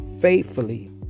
faithfully